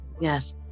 yes